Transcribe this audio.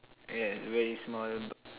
yeah very small but